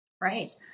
Right